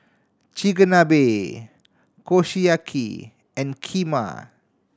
Chigenabe Kushiyaki and Kheema